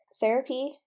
Therapy